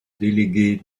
déléguée